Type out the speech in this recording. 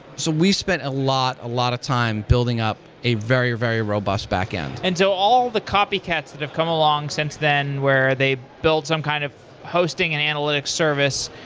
so we spent a lot a lot of time building up a very very robust backend. and so all the copycats that have come along since then where they built some kind of hosting and analytics service,